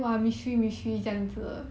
mm